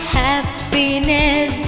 happiness